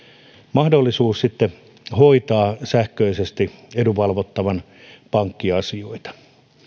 mahdollisuus hoitaa sähköisesti edunvalvottavan pankkiasioita